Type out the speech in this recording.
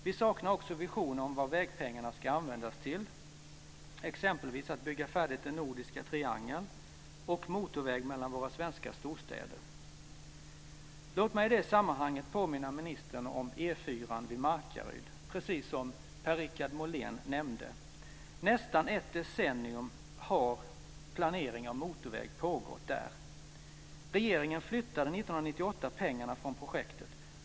Vi saknar också visioner om vad vägpengarna ska användas till, exempelvis till att bygga färdigt den nordiska triangeln och bygga motorväg mellan våra svenska storstäder. Låt mig i det sammanhanget påminna ministern om E 4 vid Markaryd, som också Per-Richard Molén nämnde. Nästan ett decennium har planering av motorväg där pågått. Regeringen flyttade 1998 pengarna från projektet.